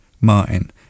Martin